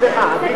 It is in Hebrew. סליחה.